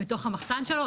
בתוך המחסן שלו.